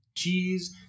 Cheese